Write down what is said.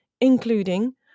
including